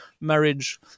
marriage